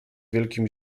wielkim